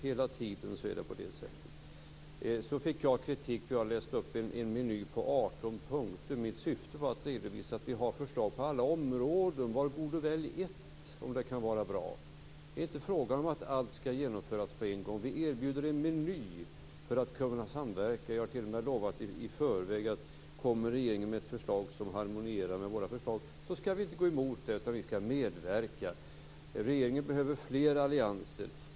Hela tiden är det på det sättet. Så fick jag kritik för att jag läste upp en meny på 18 punkter. Mitt syfte var att redovisa att vi har förslag på alla områden. Var god och välj ett, om det kan vara bra. Det är inte fråga om att allting skall genomföras på en gång. Vi erbjuder en meny för att kunna samverka. Jag har t.o.m. lovat i förväg att kommer regeringen med ett förslag som harmonierar med våra förslag skall vi inte mot det utan medverka. Regeringen behöver fler allianser.